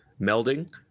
melding